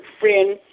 friend